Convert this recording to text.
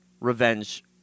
revenge